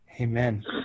amen